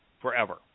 forever